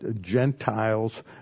Gentiles